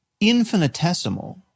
infinitesimal